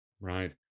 Right